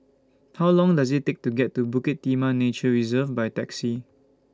How Long Does IT Take to get to Bukit Timah Nature Reserve By Taxi